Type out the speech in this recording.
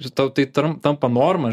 ir tau tai tram tampa norma